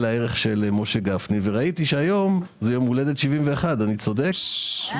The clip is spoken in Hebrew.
הערך של משה גפני וראיתי שהיום זה יום הולדת 71. עברי.